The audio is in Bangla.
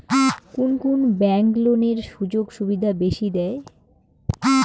কুন কুন ব্যাংক লোনের সুযোগ সুবিধা বেশি দেয়?